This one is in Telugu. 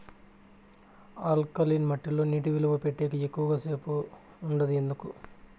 ఆల్కలీన్ మట్టి లో నీటి నిలువ పెట్టేకి ఎక్కువగా సేపు ఉండదు ఎందుకు